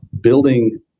building